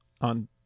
on